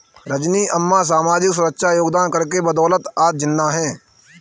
रजनी अम्मा सामाजिक सुरक्षा योगदान कर के बदौलत आज जिंदा है